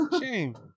Shame